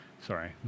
Sorry